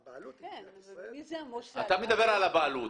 אתה מדבר על הבעלות.